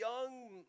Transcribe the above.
young